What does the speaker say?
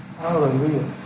Hallelujah